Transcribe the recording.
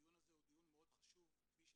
הדיון הזה הוא דיון מאוד חשוב, כפי שציינת,